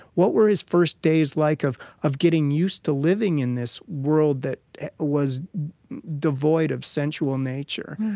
what were his first days like of of getting used to living in this world that was devoid of sensual nature?